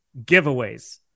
giveaways